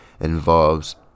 involves